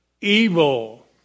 evil